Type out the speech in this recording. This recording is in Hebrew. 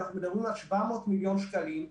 אנחנו מדברים על 700 מיליון שקלים,